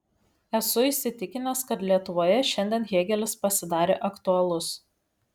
esu įsitikinęs kad lietuvoje šiandien hėgelis pasidarė aktualus